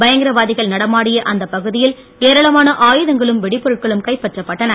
பயங்கரவாதிகள் நடமாடிய அந்த பகுதியில் ஏராளமான ஆயுதங்களும் வெடிப்பொருட்களும் கைப்பற்றப்பட்டன